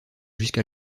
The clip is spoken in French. jusque